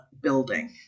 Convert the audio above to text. building